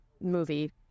movie